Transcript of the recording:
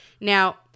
Now